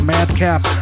Madcap